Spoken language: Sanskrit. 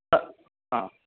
अस्तु हा